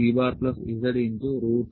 L CzC L